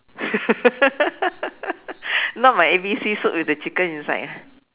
not my A_B_C soup with the chicken inside ah